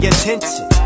attention